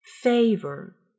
Favor